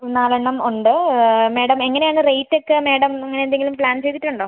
നാലെണ്ണം ഉണ്ട് മാഡം എങ്ങനെ ആണ് റേറ്റൊക്കെ മാഡം അങ്ങനെ എന്തെങ്കിലും പ്ലാൻ ചെയ്തിട്ടുണ്ടോ